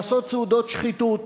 לערוך סעודות שחיתות,